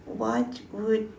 what would